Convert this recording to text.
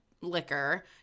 liquor